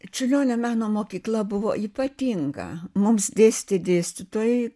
čiurlionio meno mokykla buvo ypatinga mums dėstė dėstytojai